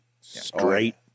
Straight